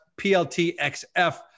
PLTXF